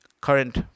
current